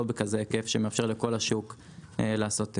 לא בכזה היקף שמאפשר לכל השוק לעשות תיאום.